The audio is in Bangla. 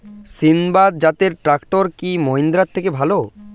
সিণবাদ জাতের ট্রাকটার কি মহিন্দ্রার থেকে ভালো?